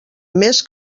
més